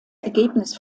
ergebnis